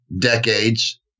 decades